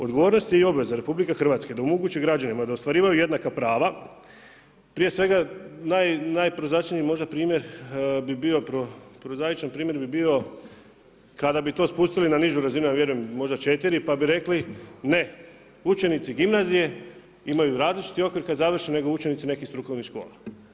Odgovornost je i obveza RH da omogući građanima da ostvarivaju jednaka prava, prije svega najprozaičniji možda primjer bi bio prozaičan primjer bi bio kada bi to spustili na nižu razinu, možda 4 pa bi rekli ne, učenici gimnazije imaju različiti okvir kada završe nego učenici nekih strukovnih škola.